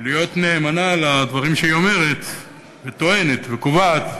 להיות נאמנה לדברים שהיא אומרת וטוענת וקובעת,